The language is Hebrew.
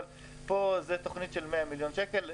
אבל זאת תכנית של 100 מיליון שקל.